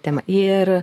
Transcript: temą ir